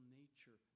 nature